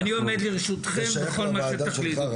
אנחנו --- אני עומד לרשותכם בכל מה שתחליטו.